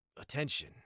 attention